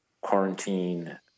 quarantine